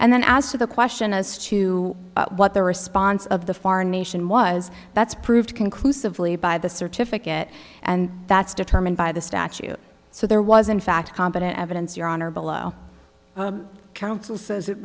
and then as to the question as to what the response of the foreign nation was that's proved conclusively by the certificate and that's determined by the statute so there was in fact competent evidence your honor below council says it